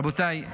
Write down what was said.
רבותיי,